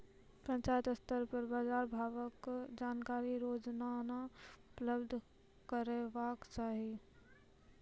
पंचायत स्तर पर बाजार भावक जानकारी रोजाना उपलब्ध करैवाक चाही?